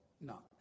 No